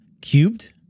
cubed